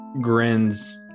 grins